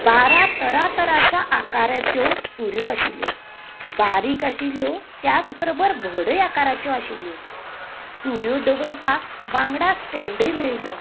बारा तरां तरांच्यो आकाराच्यो सुरयो आशिल्ल्यो बारीक आशिल्ल्यो त्याच बरोबर व्हडय आकाराच्यो आशिल्ल्यो सुरयो दवरपाक वांगडा स्टॅन्डय मेळ्ळिल्लो